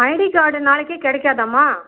ID card நாளைக்கே கிடைக்காதேம்மா